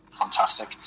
Fantastic